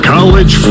College